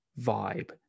vibe